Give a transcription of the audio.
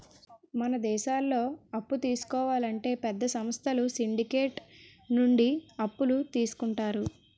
పై దేశాల్లో అప్పులు తీసుకోవాలంటే పెద్ద సంస్థలు సిండికేట్ నుండి అప్పులు తీసుకుంటారు